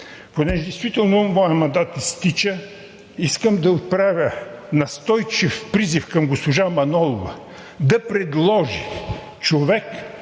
понеже действително моят мандат изтича, искам да отправя настойчив призив към госпожа Манолова, да предложи човек